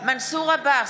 מנסור עבאס,